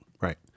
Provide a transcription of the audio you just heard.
Right